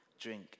drink